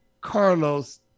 Carlos